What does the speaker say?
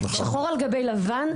שחור על גבי לבן,